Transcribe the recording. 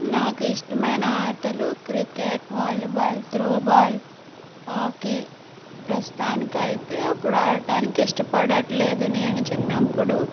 నాకు ఇష్టమైన ఆటలు క్రికెట్ వాలిబాల్ త్రోబాల్ హాకీ ప్రస్తుతానికి అయితే ఇప్పుడు ఆడటానికి ఇష్టపడటం లేదు నేను చిన్నప్పుడు